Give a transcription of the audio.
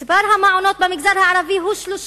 מספר המעונות במגזר הערבי הוא 30